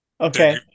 Okay